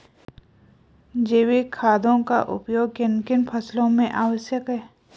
जैविक खादों का उपयोग किन किन फसलों में आवश्यक है?